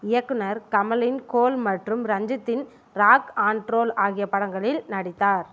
இயக்குனர் கமலின் கோல் மற்றும் ரஞ்சித்தின் ராக் அண்ட் ரோல் ஆகிய படங்களில் நடித்தார்